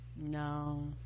no